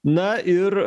na ir